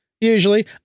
Usually